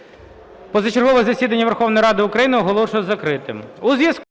Позачергове засідання Верховної Ради України оголошую закритим.